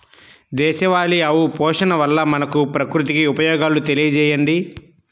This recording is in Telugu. దేశవాళీ ఆవు పోషణ వల్ల మనకు, ప్రకృతికి ఉపయోగాలు తెలియచేయండి?